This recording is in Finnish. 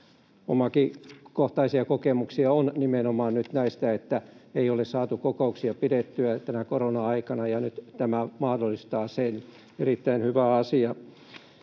Omakohtaisiakin kokemuksia on nyt nimenomaan näistä, että ei ole saatu pidettyä kokouksia tänä korona-aikana, ja nyt tämä mahdollistaa sen — erittäin hyvä asia.